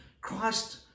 Christ